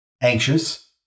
anxious